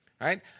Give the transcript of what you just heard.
right